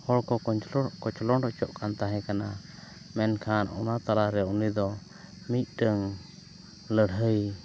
ᱦᱚᱲ ᱠᱚ ᱠᱚᱪᱞᱚᱱ ᱦᱚᱪᱚᱜ ᱠᱟᱱ ᱛᱟᱦᱮᱱᱟ ᱢᱮᱱᱠᱷᱟᱱ ᱚᱱᱟ ᱞᱟᱛᱟ ᱨᱮ ᱩᱱᱤ ᱫᱚ ᱢᱤᱫᱴᱟᱹᱱ ᱞᱟᱹᱲᱦᱟᱹᱭ